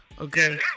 okay